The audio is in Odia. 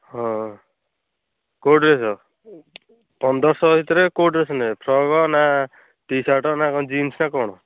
ହଁ କେଉଁ ଡ୍ରେସ୍ ପନ୍ଦରଶହ ଭିତରେ କେଉଁ ଡ୍ରେସ୍ ନେବେ ଫ୍ରକ୍ ନା ଟି ସାର୍ଟ୍ ନା ଜିନ୍ସ୍ ନା କ'ଣ